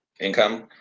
income